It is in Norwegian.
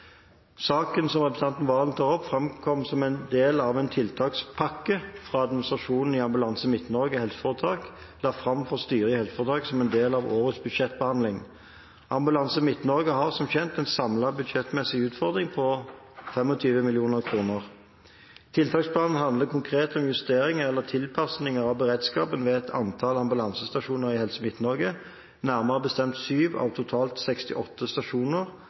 Saken som representanten Valen tar opp, framkom som en del av en tiltakspakke som administrasjonen i Ambulanse Midt-Norge HF la fram for styret i helseforetaket som en del av årets budsjettbehandling. Ambulanse Midt-Norge har, som kjent, en samlet budsjettmessig utfordring på 25 mill. kr. Tiltaksplanen handler konkret om justering eller tilpasning av beredskapen ved et antall ambulansestasjoner i Helse Midt-Norge, nærmere bestemt 7 av totalt 68 stasjoner,